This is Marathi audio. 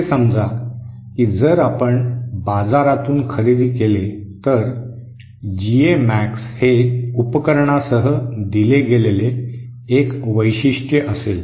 असे समजा की जर आपण बाजारातून खरेदी केले तर जीए मॅक्स हे उपकरणासह दिले गेलेले एक वैशिष्ट्य असेल